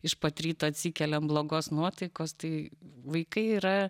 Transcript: iš pat ryto atsikeliam blogos nuotaikos tai vaikai yra